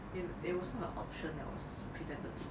if it was not an option that was presented to me